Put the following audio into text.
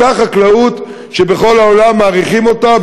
אותה חקלאות שבכל העולם מעריכים אותה,